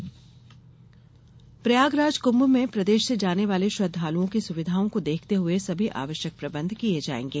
प्रयागराज कुम्म प्रयागराज कुंभ में प्रदेश से जाने वाले श्रद्धालुओं की सुविधाओं को देखते हुए सभी आवश्यक प्रबंध किए जाएंगे